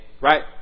right